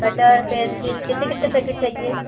cutter pencil कितने कितने packet चाहिए